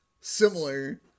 similar